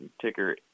ticker